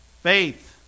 Faith